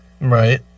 Right